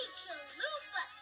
chalupa